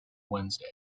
wednesday